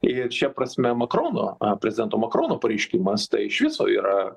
ir šia prasme makrono prezidento makrono pareiškimas tai iš viso yra